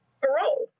parole